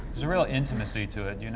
there's a real intimacy to it, you know